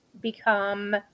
become